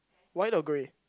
white or grey